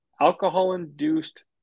alcohol-induced